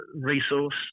resource